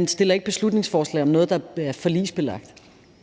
fremsætter ikke et beslutningsforslag om noget, der er forligsbelagt.